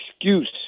excuse